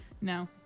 No